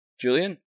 Julian